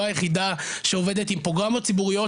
היחידה שעובדת עם פרוגרמות ציבוריות,